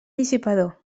dissipador